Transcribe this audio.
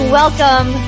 welcome